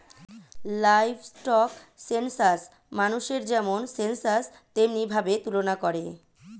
livestock census মানুষের যেমন census তেমনি ভাবে তুলনা করে